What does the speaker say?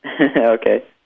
Okay